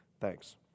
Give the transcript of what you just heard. Thanks